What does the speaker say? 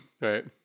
Right